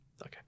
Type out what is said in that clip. Okay